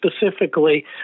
specifically